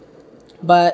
but